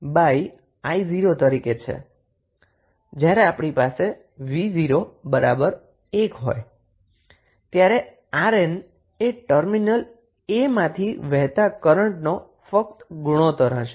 જ્યારે આપણી પાસે 𝑣01 હોય ત્યારે 𝑅𝑁 એ ટર્મિનલ a માંથી વહેતા કરન્ટનો ફક્ત રેશિયો હશે